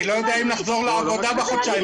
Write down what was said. אני לא יודע אם נחזור לעבודה בחודשיים הקרובים.